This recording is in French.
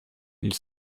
ils